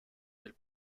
del